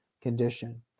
condition